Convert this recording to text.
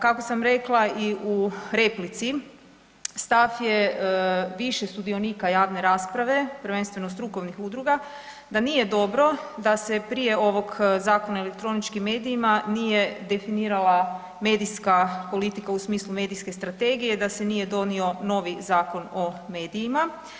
Kako sam rekla i u replici, stav je više sudionika javne rasprave, prvenstveno strukovnih udruga, da nije dobro da se prije ovog Zakona o elektroničkim medijima nije definirala medijska politika u smislu medijske strategije, da se nije donio novi Zakon o medijima.